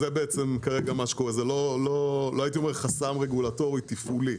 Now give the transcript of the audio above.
לא הייתי אומר שזה חסם רגולטורי תפעולי,